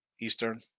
Eastern